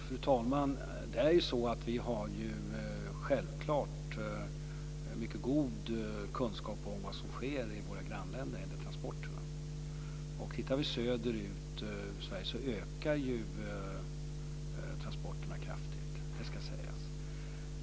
Fru talman! Vi har självklart mycket god kunskap om vad som sker i våra grannländer när det gäller transporterna. Om vi tittar söderut över Sverige ser vi att transporterna ökar kraftigt - det ska sägas.